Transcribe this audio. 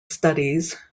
studies